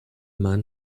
man